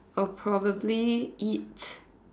I will probably eat